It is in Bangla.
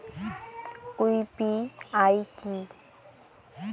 ইউ.পি.আই কি?